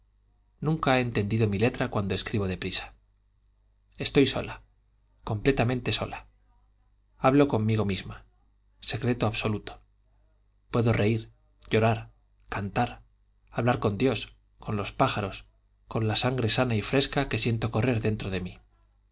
nunca ha entendido mi letra cuando escribo deprisa estoy sola completamente sola hablo conmigo misma secreto absoluto puedo reír llorar cantar hablar con dios con los pájaros con la sangre sana y fresca que siento correr dentro de mí